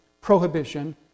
prohibition